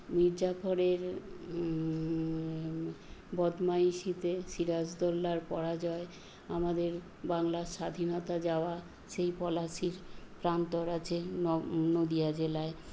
মীরজাফরের বদমাইশিতে সিরাজদৌল্লার পরাজয় আমাদের বাংলার স্বাধীনতা যাওয়া সেই পলাশির প্রান্তর আছে নদিয়া জেলায়